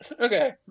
Okay